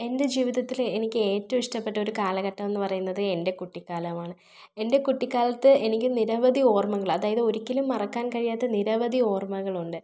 എൻ്റെ ജീവിതത്തിലെ എനിക്ക് ഏറ്റവും ഇഷ്ടപ്പെട്ട ഒരു കാലഘട്ടം എന്ന് പറയുന്നത് എൻ്റെ കുട്ടിക്കാലമാണ് എൻ്റെ കുട്ടിക്കാലത്ത് എനിക്ക് നിരവധി ഓർമ്മകൾ അതായത് ഒരിക്കലും മറക്കാൻ കഴിയാത്ത നിരവധി ഓർമ്മകൾ ഉണ്ട്